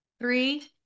three